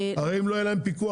הרי אם לא יהיה להם פיקוח,